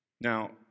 Now